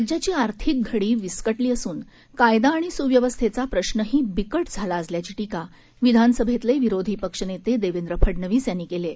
राज्याची आर्थिक घडी विस्कटली असून कायदा आणि सुव्यवस्थेचा प्रश्नही बिकट झाला असल्याची टीका विधानसभेतले विरोधी पक्षनेते देवेंद्र फडनवीस यांनी केली आहे